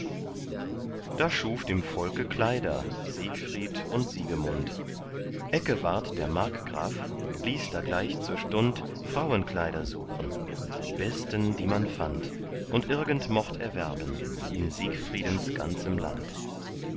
da schuf dem volke kleider siegfried und siegemund eckewart der markgraf ließ da gleich zur stund frauenkleider suchen die besten die man fand und irgend mocht erwerben in siegfriedens ganzem land